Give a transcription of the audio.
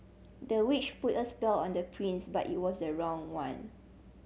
the witch put a spell on the prince but it was the wrong one